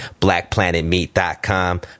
BlackPlanetMeat.com